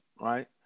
right